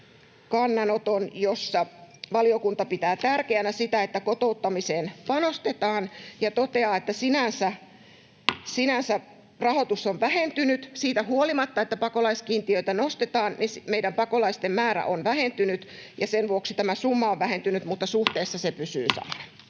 kannanoton, jossa valiokunta pitää tärkeänä sitä, että kotouttamiseen panostetaan, ja toteaa, että sinänsä rahoitus on vähentynyt. Siitä huolimatta, että pakolaiskiintiötä nostetaan, meidän pakolaisten määrä on vähentynyt, ja sen vuoksi tämä summa on vähentynyt, mutta suhteessa se pysyy samana.